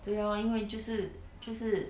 对 lor 因为就是就是